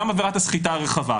גם עבירת הסחיטה הרחבה,